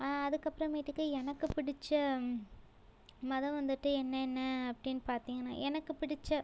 அதுக்கப்பறமேட்டுக்கு எனக்கு பிடிச்ச மதம் வந்துவிட்டு என்னென்ன அப்படின்னு பார்த்தீங்கன்னா எனக்கு பிடித்த